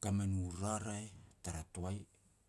ka me nu raraeh tara toai